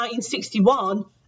1961